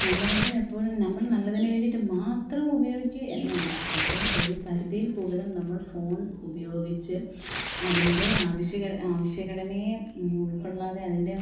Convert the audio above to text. നല്ല വശം എപ്പോഴും നമ്മള് നല്ലതിന് വേണ്ടിയിട്ട് മാത്രം ഉപയോഗിക്കുക എന്നല്ല പഷെ ഒരു പരിധിയില് കൂട്തല് നമ്മള് ഫോണ് ഉപയോഗിച്ച് അതിന്റെ ആവശ്യഘടനയെ ഉള്ക്കൊള്ളാതെ അതിന്റെ